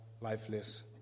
lifeless